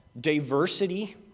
diversity